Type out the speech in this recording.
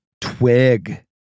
twig